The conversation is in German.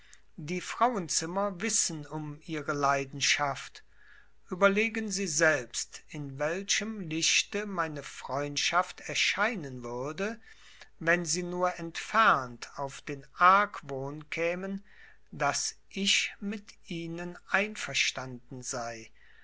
die frauenzimmer wissen um ihre leidenschaft überlegen sie selbst in welchem lichte meine freundschaft erscheinen würde wenn sie nur entfernt auf den argwohn kämen daß ich mit ihnen einverstanden sei